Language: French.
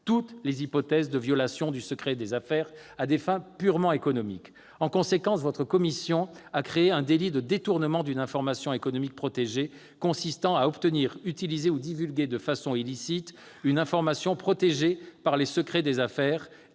toutes les hypothèses de violation du secret des affaires à des fins purement économiques. En conséquence, votre commission a créé un délit de détournement d'une information économique protégée consistant à obtenir, à utiliser ou à divulguer de façon illicite une information protégée par le secret des affaires